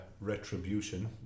retribution